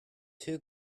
two